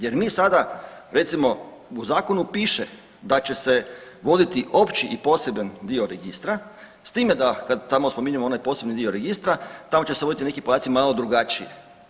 Jer mi sada recimo u zakonu piše da će voditi opći i poseban dio registra, s time da kad tamo spominjemo onaj posebni dio registra, tamo će se voditi neki podaci malo drugačije.